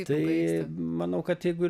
tai manau kad jeigu ir